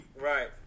Right